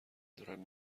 دارم